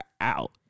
out